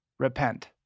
Repent